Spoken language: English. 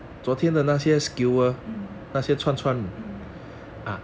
um um